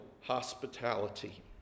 hospitality